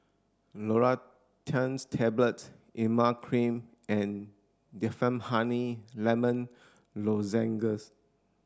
Loratadine Tablets Emla Cream and Difflam Honey Lemon Lozenges